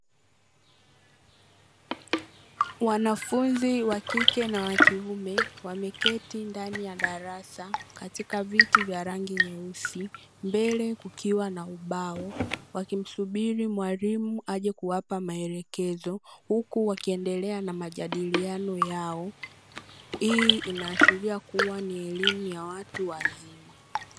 Wanafunzi wa kike na wa kiume wameketi ndani ya darasa katika viti vya rangi nyeusi mbele kukiwa na ubao, wakimsubiri mwalimu aje kuwapa maelekezo huku wakienelea na majadiliano yao. Hii inaashiria kuwa ni elimu ya watu wazima.